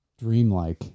dreamlike